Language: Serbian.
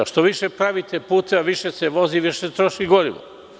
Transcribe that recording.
Što više pravite puteva, više se vozi i više se troši gorivo.